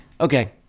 Okay